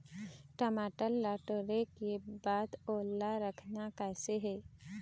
टमाटर ला टोरे के बाद ओला रखना कइसे हे?